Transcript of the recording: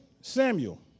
Samuel